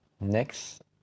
next